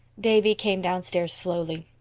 davy came downstairs slowly.